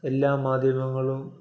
എല്ലാ മാധ്യമങ്ങളും